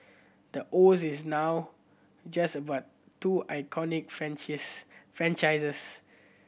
the O Z is not just about two iconic franchises